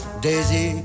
Daisy